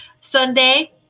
Sunday